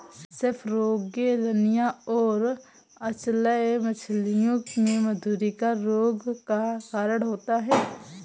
सेपरोगेलनिया और अचल्य मछलियों में मधुरिका रोग का कारण होता है